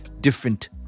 different